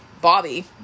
Bobby